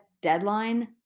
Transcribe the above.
deadline